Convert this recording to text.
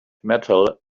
metal